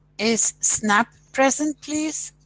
is snep present, please?